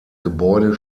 gebäude